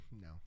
No